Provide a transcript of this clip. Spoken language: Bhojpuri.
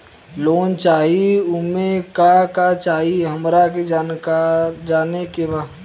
लोन चाही उमे का का चाही हमरा के जाने के बा?